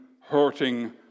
hurting